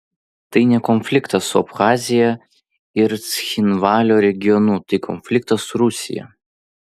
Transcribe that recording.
tai ne konfliktas su abchazija ir cchinvalio regionu tai konfliktas su rusija